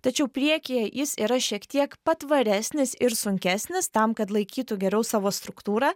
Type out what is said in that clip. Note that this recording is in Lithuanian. tačiau priekyje jis yra šiek tiek patvaresnis ir sunkesnis tam kad laikytų geriau savo struktūrą